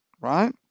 right